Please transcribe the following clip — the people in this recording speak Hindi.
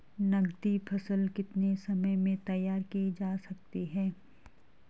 नगदी फसल कितने समय में तैयार की जा सकती है?